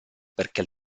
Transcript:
perché